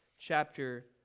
chapter